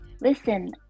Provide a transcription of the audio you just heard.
listen